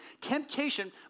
Temptation